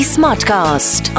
Smartcast